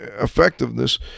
effectiveness